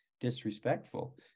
disrespectful